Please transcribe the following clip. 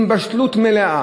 עם בשלות מלאה,